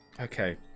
Okay